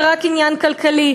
זה רק עניין כלכלי.